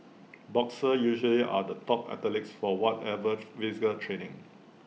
boxers usually are the top athletes for whatever physical training